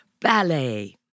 ballet